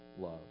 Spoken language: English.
love